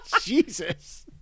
Jesus